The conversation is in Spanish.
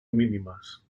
mínimas